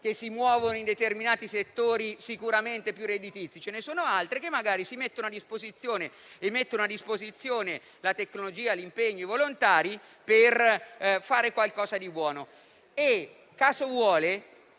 che si muovono in determinati settori sicuramente più redditizi, ma ce ne sono altre che magari mettono a disposizione la tecnologia, l'impegno e i volontari per fare qualcosa di buono.